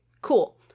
Cool